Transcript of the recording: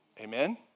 Amen